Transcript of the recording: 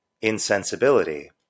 insensibility